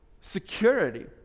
security